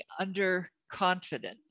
underconfident